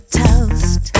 toast